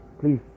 please